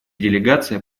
делегация